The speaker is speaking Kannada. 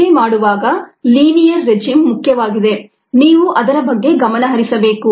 ಅಳತೆ ಮಾಡುವಾಗ ಲೀನಿಯರ್ ರೆಜಿಮ್ ಮುಖ್ಯವಾಗಿದೆ ನೀವು ಅದರ ಬಗ್ಗೆ ಗಮನ ಹರಿಸಬೇಕು